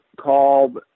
called